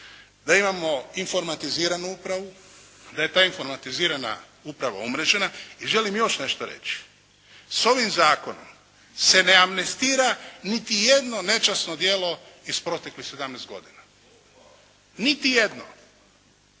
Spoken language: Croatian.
da imamo informatiziranu upravu, da je ta informatizirana uprava umrežena. I želim još nešto reći. S ovim zakonom se ne amnestira niti jedno nečasno djelo iz proteklih 17 godina. Niti jedno.